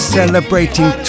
celebrating